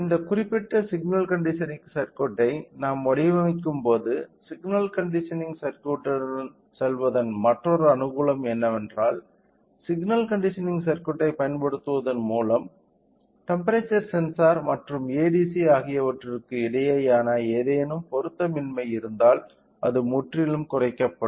இந்த குறிப்பிட்ட signal conditioning சர்க்யூட்டை நாம் வடிவமைக்கும்போது சிக்னல் கண்டிஷனிங் சர்க்யூட்டுடன் செல்வதன் மற்றொரு அனுகூலம் என்னவென்றால் சிக்னல் கண்டிஷனிங் சர்க்யூட்டைப் பயன்படுத்துவதன் மூலம் டெம்ப்பெரேச்சர் சென்சார் மற்றும் ADC ஆகியவற்றுக்கு இடையேயான ஏதேனும் பொருத்தமின்மை இருந்தால் அது முற்றிலும் குறைக்கப்படும்